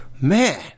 Man